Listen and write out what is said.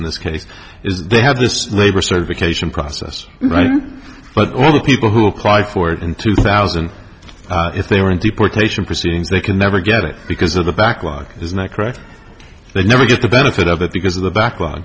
in this case is they have this labor certification process right but all the people who apply for it in two thousand if they were in deportation proceedings they can never get it because of the backlog is not correct they never get the benefit of that because of the ba